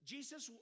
Jesus